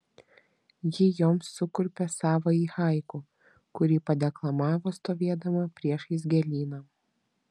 ji joms sukurpė savąjį haiku kurį padeklamavo stovėdama priešais gėlyną